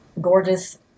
gorgeous